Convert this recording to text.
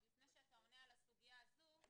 אז לפני שאתה עונה על הסוגיה הזו,